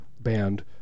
band